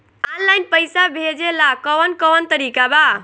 Online पइसा भेजेला कवन कवन तरीका बा?